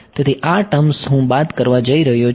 તેથી આ ટર્મ્સ હું બાદ કરવા જઈ રહ્યો છું